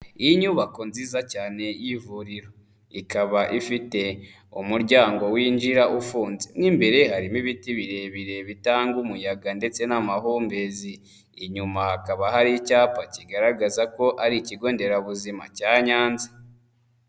Inyubako nziza cyane y'ivuriro. Ikaba ifite umuryango winjira ufunze. Mo imbere harimo ibiti birebire bitanga umuyaga ndetse n'amahumbezi. Inyuma hakaba hari icyapa kigaragaza ko ari Ikigo Nderabuzima cya Nyanza.